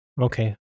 Okay